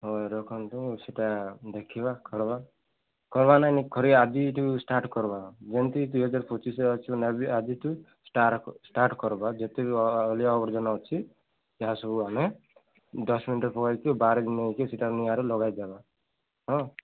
ହଉ ରଖନ୍ତୁ ସେଟା ଦେଖିବା କରିବା କରିବା ନାଇଁ ନାଇଁ କରିବା ଆଜିଠୁ ଷ୍ଟାର୍ଟ କରିବା ଯେମିତି ଦୁଇହଜାର ପଚିଶ ଆସିବ ନା ବି ଆଜିଠୁ ଷ୍ଟାର୍ଟ କରିବା ଯେତେ ବି ଅଳିଆ ଆବର୍ଜନ ଅଛି ଯାହା ସବୁ ଆମେ ଦଶ ମିନିଟ ପକେଇକି ବାହାରକୁ ନେଇକି ସେଇଟା ନିଆଁରେ ଲଗାଇଦେବା ହଁ